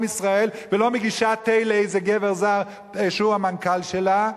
ישראל ולא מגישה תה לאיזה גבר זר שהוא המנכ"ל שלה,